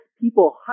people